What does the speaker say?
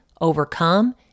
overcome